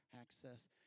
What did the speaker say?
access